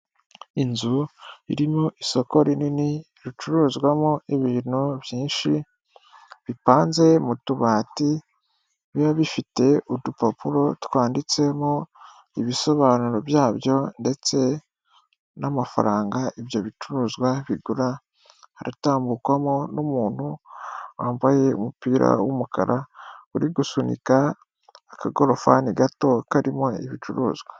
Inzu irimo isoko rinini, ricururizwamo ibintu byinshi, bipanze mu tubati, biba bifite udupapuro twanditsemo ibisobanuro byabyo ndetse n'amafaranga ibyo bicuruzwa bigura, haratambukwamo n'umuntu wambaye umupira w'umukara, uri gusunika akagorofani gato karimo ibicuruzwa.